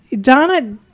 Donna